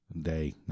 day